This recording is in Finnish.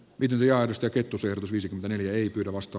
williams ja kettu syö viisi kaveria ei pyydä vasta